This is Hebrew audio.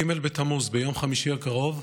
בג' בתמוז, ביום חמישי הקרוב,